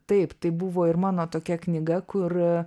taip tai buvo ir mano tokia knyga kur